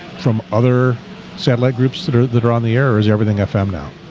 from other satellite groups that are that are on the air, or is everything i found out